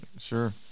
sure